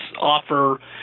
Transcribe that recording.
offer